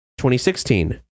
2016